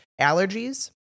Allergies